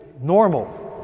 normal